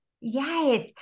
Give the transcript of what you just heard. Yes